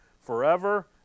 forever